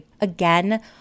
again